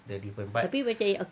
tapi macam yang